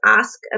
ask